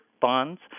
bonds